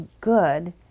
good